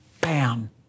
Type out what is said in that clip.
bam